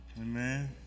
Amen